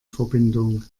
verbindung